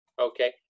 Okay